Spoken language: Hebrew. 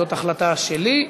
זאת החלטה שלי.